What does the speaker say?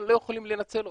אבל הם לא יכולים לנצל אותו.